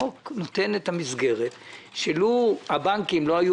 החוק נותן את המסגרת שלו הבנקים לא היו